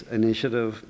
initiative